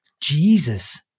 Jesus